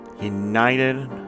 United